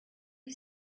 you